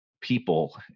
people